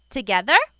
Together